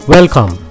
Welcome